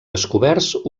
descoberts